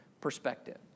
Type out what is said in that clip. perspective